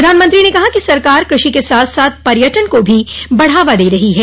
प्रधानमंत्री ने कहा कि सरकार कृषि के साथ साथ पर्यटन को भी बढ़ावा दे रही है